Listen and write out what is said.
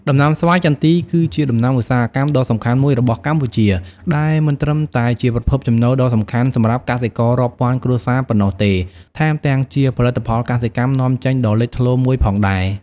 ដំណាំស្វាយចន្ទី គឺជាដំណាំឧស្សាហកម្មដ៏សំខាន់មួយរបស់កម្ពុជា ដែលមិនត្រឹមតែជាប្រភពចំណូលដ៏សំខាន់សម្រាប់កសិកររាប់ពាន់គ្រួសារប៉ុណ្ណោះទេ ថែមទាំងជាផលិតផលកសិកម្មនាំចេញដ៏លេចធ្លោមួយផងដែរ។